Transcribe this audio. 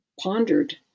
pondered